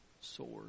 sword